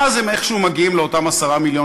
ואז הם איכשהו מגיעים לאותם 10 מיליון